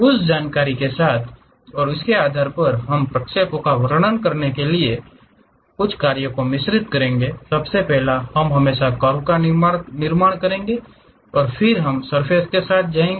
उस जानकारी के आधार पर हम प्रक्षेपों का वर्णन करने के लिए कार्यों को मिश्रित करेंगे और सबसे पहले हम हमेशा कर्व का निर्माण करेंगे और फिर हम सर्फ़ेस के साथ जाएंगे